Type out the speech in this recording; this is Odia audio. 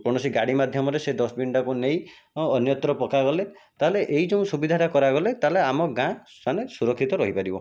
କୌଣସି ଗାଡ଼ି ମାଧ୍ୟମରେ ସେ ଡଷ୍ଟବିନ୍ଟାକୁ ନେଇ ଅନ୍ୟତ୍ର ପକାଗଲେ ତା'ହେଲେ ଏ ଯେଉଁ ସୁବିଧାଟା କରାଗଲେ ତା'ହେଲେ ଆମ ଗାଁ ମାନେ ସୁରକ୍ଷିତ ରହିପାରିବ